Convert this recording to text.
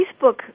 Facebook